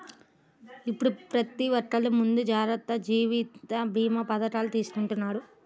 ఇప్పుడు ప్రతి ఒక్కల్లు ముందు జాగర్తగా జీవిత భీమా పథకాలను తీసుకుంటన్నారు